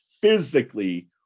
physically